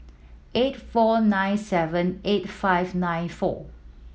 eight four nine seven eight five nine four